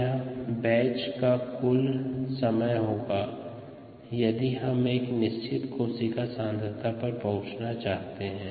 यह बैच का कुल समय होगा यदि हम एक निश्चित कोशिका सांद्रता तक पहुंचना चाहते हैं